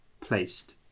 placed